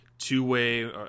two-way